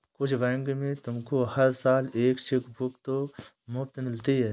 कुछ बैंक में तुमको हर साल एक चेकबुक तो मुफ़्त मिलती है